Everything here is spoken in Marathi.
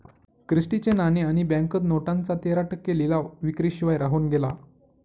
क्रिस्टी चे नाणे आणि बँक नोटांचा तेरा टक्के लिलाव विक्री शिवाय राहून गेला